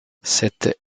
cette